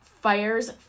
fires